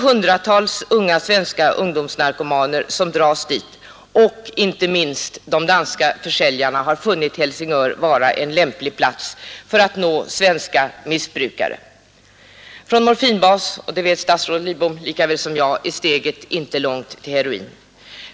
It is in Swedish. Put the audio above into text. Hundratals unga svenska narkomaner dras hit, och — det är det inte minst viktiga — de danska försäljarna har funnit Helsingör vara en lämplig plats för att nå svenska missbrukare. Från morfinbas är steget — det vet statsrådet lika väl som jag — inte långt till heroin.